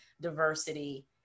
diversity